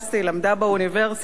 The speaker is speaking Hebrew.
למדה באוניברסיטה,